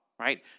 Right